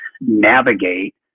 navigate